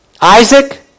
Isaac